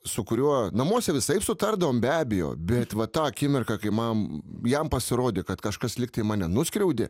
su kuriuo namuose visaip sutardavom be abejo bet va tą akimirką kai man jam pasirodė kad kažkas lyg tai mane nuskriaudė